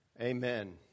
Amen